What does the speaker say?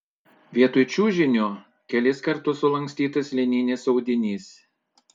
vietoj čiužinio kelis kartus sulankstytas lininis audinys